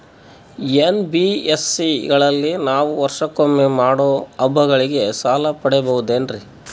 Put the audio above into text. NBSC ಗಳಲ್ಲಿ ನಾವು ವರ್ಷಕೊಮ್ಮೆ ಮಾಡೋ ಹಬ್ಬಗಳಿಗೆ ಸಾಲ ಪಡೆಯಬಹುದೇನ್ರಿ?